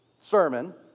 sermon